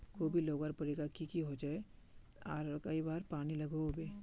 कोबी लगवार प्रक्रिया की की होचे आर कई बार पानी लागोहो होबे?